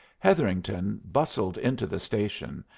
hetherington bustled into the station,